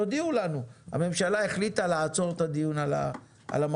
תודיעו לנו שהממשלה החליטה לעצור את הדיון על המרכיב